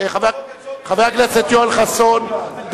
חבר הכנסת יואל חסון,